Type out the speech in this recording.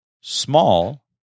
small